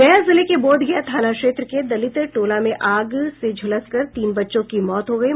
गया जिले के बोधगया थाना क्षेत्र के दलित टोला में आग से झुलसकर तीन बच्चों की मौत हो गयी